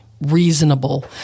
reasonable